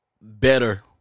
better